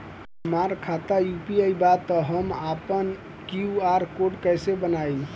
हमार खाता यू.पी.आई बा त हम आपन क्यू.आर कोड कैसे बनाई?